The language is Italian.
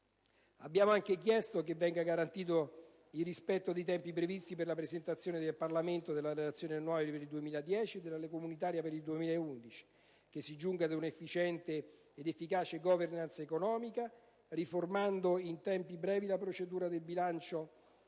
Abbiamo anche chiesto che venga garantito il rispetto dei tempi previsti per la presentazione al Parlamento della relazione annuale per il 2010 e della legge comunitaria per il 2011; che si giunga ad una efficiente ed efficace *governance* economica, riformando in tempi brevi la procedura di bilancio